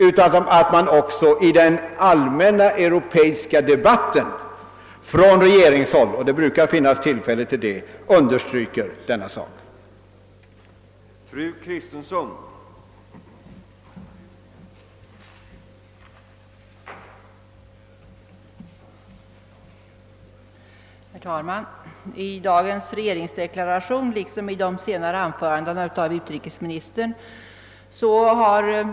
Nej, man bör också i den allmänna europeiska debatten från regeringshåll — och det brukar finnas tillfälle därtill — understryka dessa synpunkter.